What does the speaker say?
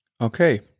Okay